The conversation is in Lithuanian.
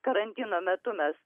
karantino metu mes